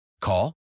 Call